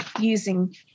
using